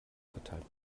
verteilt